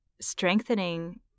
strengthening